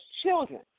children